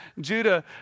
Judah